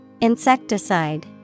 Insecticide